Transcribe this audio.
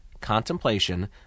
contemplation